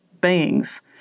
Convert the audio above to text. beings